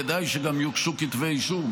כדאי שגם יוגשו כתבי אישום.